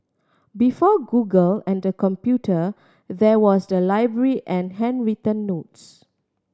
before Google and the computer there was the library and handwritten notes